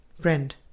Friend